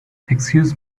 excuse